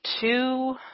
two